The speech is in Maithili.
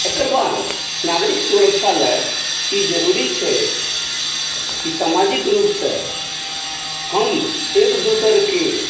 एकर बाद नागरिक सुरक्षा लऽ ई ज़रूरी छै कि समाजिक रूपसॅं हम एक दोसरके